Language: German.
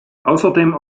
außerdem